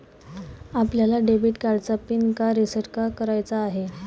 आपल्याला डेबिट कार्डचा पिन का रिसेट का करायचा आहे?